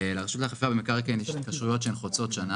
לרשות לאכיפה במקרקעין יש התקשרויות שהן חוצות שנה,